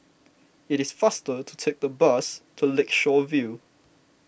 it is faster to take the bus to Lakeshore View